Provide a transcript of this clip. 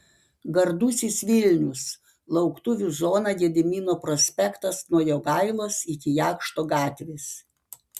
gardusis vilnius lauktuvių zona gedimino prospektas nuo jogailos iki jakšto gatvės